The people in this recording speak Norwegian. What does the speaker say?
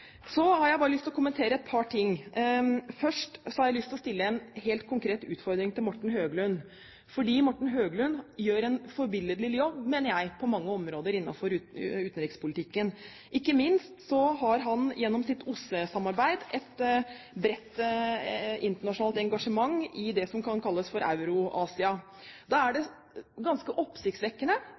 Så har jeg bare lyst til å kommentere et par ting. Først har jeg lyst til å komme med en helt konkret utfordring til Morten Høglund. Morten Høglund gjør på mange områder innenfor utenrikspolitikken en forbilledlig jobb, mener jeg. Ikke minst har han gjennom sitt OSSE-samarbeid et bredt internasjonalt engasjement i det som kan kalles for Eurasia. Da er det ganske oppsiktsvekkende